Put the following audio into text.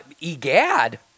egad